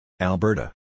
Alberta